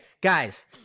guys